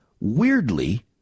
weirdly